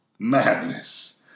Madness